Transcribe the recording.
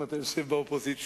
אם אתה יושב באופוזיציה